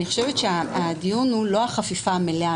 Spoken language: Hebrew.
אני חושבת שהדיון הוא לא החפיפה המלאה.